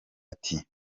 ati